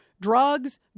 drugs